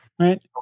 right